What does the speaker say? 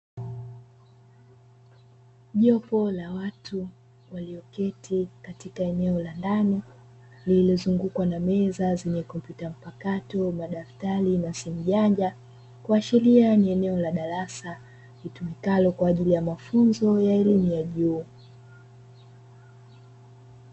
Jopo la watu walioketi katika eneo la ndani lililozungukwa na meza zenye kompyuta mpakato, madaftari na simu janja. Kuashiria ni eneo la darasa litumikalo kwa ajili ya mafunzo ya elimu ya juu.